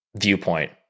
viewpoint